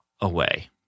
away